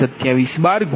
0 j0